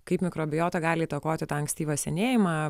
kaip mikrobiota gali įtakoti tą ankstyvą senėjimą